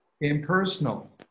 impersonal